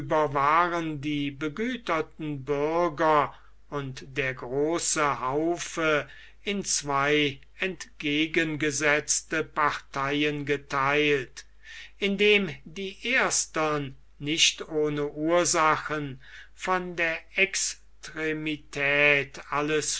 waren die begüterten bürger und der große haufe in zwei entgegengesetzte parteien getheilt indem die erstern nicht ohne ursachen von der extremität alles